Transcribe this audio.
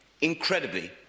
Incredibly